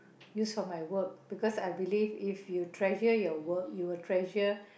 use on my work because I believe if you treasure your work you will treasure